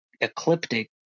ecliptic